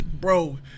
Bro